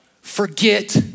forget